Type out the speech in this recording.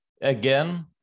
again